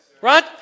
right